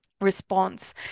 response